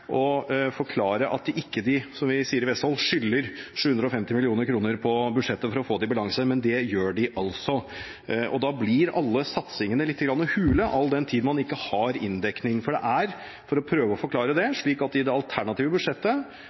å forklare at de ikke, som vi sier i Vestfold, skylder 750 mill. kr på budsjettet for å få det i balanse, men det gjør de altså. Da blir alle satsingene litt hule, all den tid man ikke har inndekning. For det er, for å prøve å forklare det, slik at i det alternative budsjettet